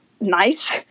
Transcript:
nice